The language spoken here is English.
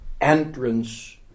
entrance